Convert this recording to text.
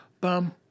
bum